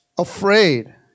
Afraid